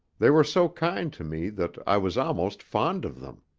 they were so kind to me that i was almost fond of them.